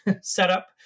setup